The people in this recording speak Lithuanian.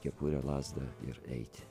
kepurę lazdą ir eiti